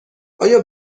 آیا